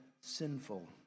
sinful